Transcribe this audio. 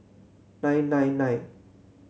nine nine nine